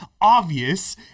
obvious